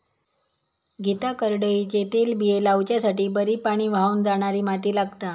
गीता करडईचे तेलबिये लावच्यासाठी बरी पाणी व्हावन जाणारी माती लागता